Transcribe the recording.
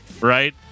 right